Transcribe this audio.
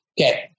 Okay